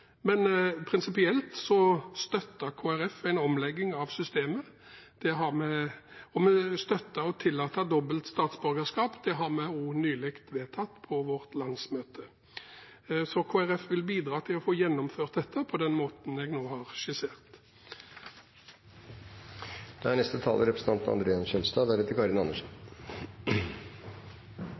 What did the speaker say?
Men prinsipielt støtter Kristelig Folkeparti en omlegging av systemet, og vi støtter å tillate dobbelt statsborgerskap – det har vi også nylig vedtatt på vårt landsmøte. Så Kristelig Folkeparti vil bidra til å få gjennomført dette på den måten jeg nå har skissert.